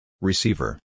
Receiver